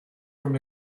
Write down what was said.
from